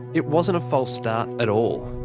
it wasn't a false start at all.